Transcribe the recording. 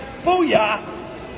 Booyah